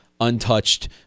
untouched